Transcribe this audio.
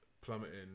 plummeting